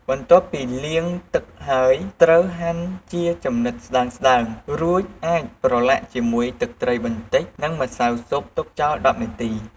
បន្ទាប់ពីលាងទឹកហើយ ត្រូវហាន់ជាចំណិតស្ដើងៗ រួចអាចប្រឡាក់ជាមួយទឹកត្រីបន្តិច និងម្សៅស៊ុប ទុកចោល ១០ នាទី។